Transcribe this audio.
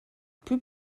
plus